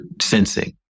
sensing